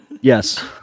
Yes